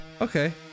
Okay